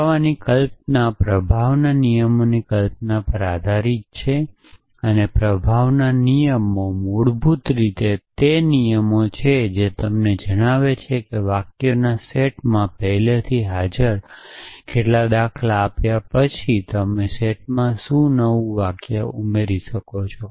પુરાવાના નોશન એ ઈનફ્લુએન્સ નિયમોના નોશન પર આધારિત છે અને ઈનફ્લુએન્સના નિયમો મૂળભૂત રીતે તે નિયમો છે જે તમને જણાવે છે કે જો તમને વાક્યોના સમૂહમાં પહેલેથી હાજર કેટલીક પેટર્ન આપ્યા પછી શું તમે સેટમાં નવું વાક્ય ઉમેરી શકો છો